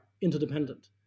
interdependent